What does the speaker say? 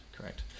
correct